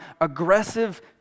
aggressive